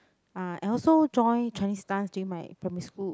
uh I also join Chinese dance during my primary school